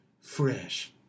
fresh